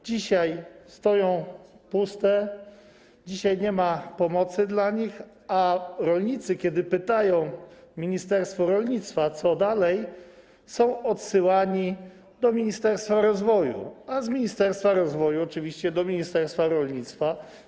Dzisiaj stoją puste, dzisiaj nie ma pomocy dla nich, a rolnicy, kiedy pytają ministerstwo rolnictwa, co dalej, są odsyłani do ministerstwa rozwoju, a z ministerstwa rozwoju oczywiście do ministerstwa rolnictwa.